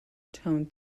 tone